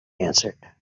answered